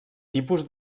tipus